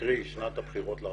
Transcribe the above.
קרי, שנת הבחירות לרשויות,